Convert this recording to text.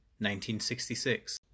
1966